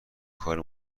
کار